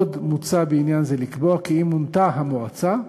עוד מוצע בעניין זה לקבוע כי אם מונתה המועצה,